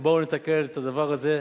ובואו נתקן את הדבר הזה,